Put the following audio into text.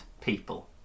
people